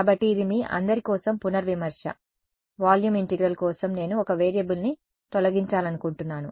కాబట్టి ఇది మీ అందరి కోసం పునర్విమర్శ వాల్యూమ్ ఇంటిగ్రల్ కోసం నేను ఒక వేరియబుల్ని తొలగించాలనుకుంటున్నాను